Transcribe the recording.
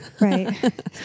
right